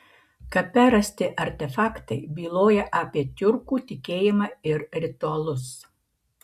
kape rasti artefaktai byloja apie tiurkų tikėjimą ir ritualus